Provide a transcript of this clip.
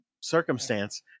circumstance